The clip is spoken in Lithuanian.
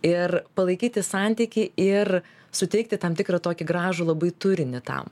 ir palaikyti santykį ir suteikti tam tikrą tokį gražų labai turinį tam